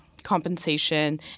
compensation